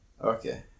Okay